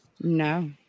No